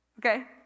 Okay